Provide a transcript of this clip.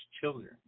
children